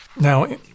Now